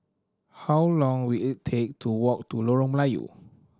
how long will it take to walk to Lorong Melayu